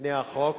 בפני החוק.